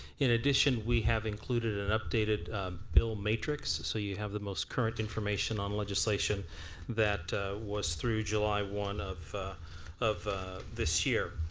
in addition we have included an updated bill matrix so you have the most current information on legislation that was through july one of of this year.